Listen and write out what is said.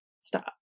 Stop